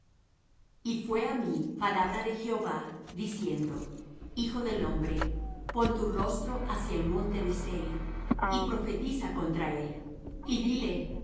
y fué á mí palabra de jehová diciendo hijo del hombre pon tu rostro hacia el monte de seir y profetiza contra él y dile